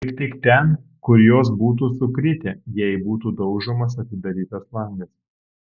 kaip tik ten kur jos būtų sukritę jei būtų daužomas atidarytas langas